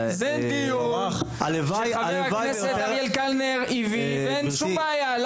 זה דיון שחבר הכנסת אריאל קלנר הביא ואין שום בעיה,